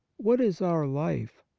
what is our life?